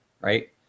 right